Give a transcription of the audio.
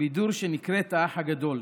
בידור שנקראת "האח הגדול",